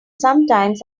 sometimes